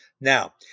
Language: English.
Now